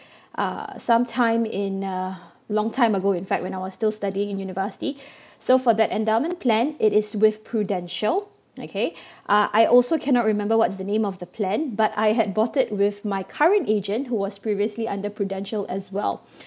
uh some time in uh long time ago in fact when I was still studying in university so for that endowment plan it is with Prudential okay uh I also cannot remember what's the name of the plan but I had bought it with my current agent who was previously under prudential as well